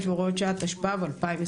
55 והוראות שעה), התשפ"א-2021.